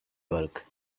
bulk